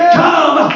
come